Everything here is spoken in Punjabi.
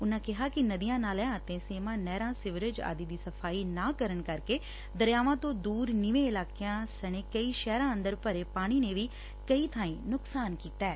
ਉਨਾ ਕਿਹਾ ਕਿ ਨਦੀ ਨਾਲਿਆਂ ਅਤੇ ਸੇਮਾਂ ਨਹਿਰਾਂ ਸੀਵਰੇਜ ਆਦਿ ਦੀ ਸਫ਼ਾਈ ਨਾ ਕਰਨ ਕਰਕੇ ਦਰਿਆਵਾਂ ਤੋਂ ਦੁਰ ਨੀਵੇਂ ਇਲਾਕਿਆਂ ਸਣੇ ਕਈ ਸ਼ਹਿਰਾਂ ਅੰਦਰ ਭਰੇ ਪਾਣੀ ਨੇ ਵੀ ਕਈ ਬਾਈਂ ਨੁਕਸਾਨ ਕੀਤੈ